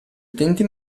utenti